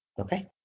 Okay